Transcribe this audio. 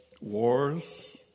wars